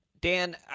Dan